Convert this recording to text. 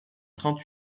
trente